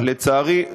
לצערי,